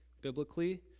biblically